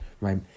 right